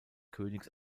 königs